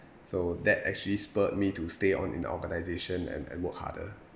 so that actually spurred me to stay on in the organisation and and work harder